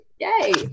Yay